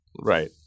right